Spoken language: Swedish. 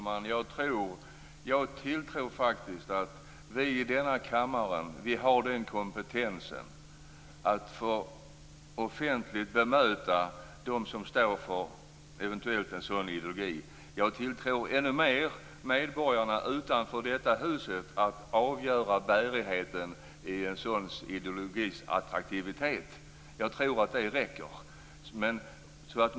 Herr talman! Jag tror faktiskt att vi i denna kammare har kompetensen att offentligt bemöta dem som eventuellt står för en sådan ideologi. Jag tilltror ännu mer medborgarna utanför detta hus att avgöra bärigheten i en sådan ideologis attraktivitet. Jag tror att det räcker.